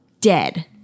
Dead